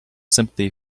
sympathy